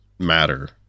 matter